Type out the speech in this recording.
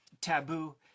Taboo